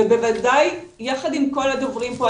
בוודאי יחד עם כל הדוברים פה,